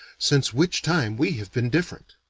since which time we have been different.